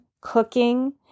cooking